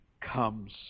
comes